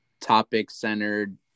topic-centered